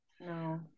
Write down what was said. No